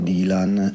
Dylan